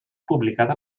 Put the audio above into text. publicada